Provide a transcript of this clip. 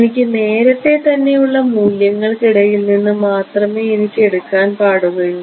എനിക്ക് നേരത്തെ തന്നെ ഉള്ള മൂല്യങ്ങൾക്കിടയിൽ നിന്ന് മാത്രമേ എനിക്ക് എടുക്കാൻ പാടുകയുള്ളൂ